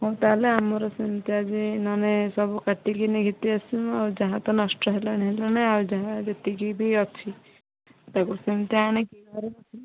ହଉ ତାହେଲେ ଆମର ସେମିତି ଆଜି ନହେଲେ ସବୁ କାଟିକି ନେଇକି ଆସିବୁ ଆଉ ଯାହା ତ ନଷ୍ଟ ହେଲାଣି ହେଲାଣି ଆଉ ଯାହା ଯେତିକି ବି ଅଛି ତାକୁ ସେମିତି ଆଣିକି ଘରେ ରଖିବା